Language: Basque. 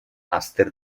azter